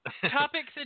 topics